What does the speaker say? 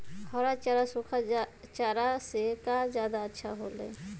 हरा चारा सूखा चारा से का ज्यादा अच्छा हो ला?